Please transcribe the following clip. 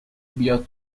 بیاد